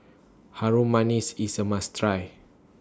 Harum Manis IS A must Try